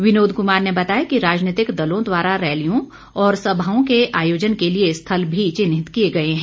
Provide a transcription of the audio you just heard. विनोद कुमार ने बताया कि राजनैतिक दलों द्वारा रैलियों और सभाओं के आयोजन के लिए स्थल भी चिन्हित किए गए हैं